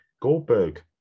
goldberg